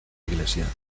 iglesia